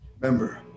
Remember